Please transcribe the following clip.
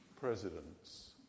presidents